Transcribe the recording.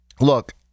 look